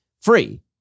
free